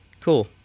cool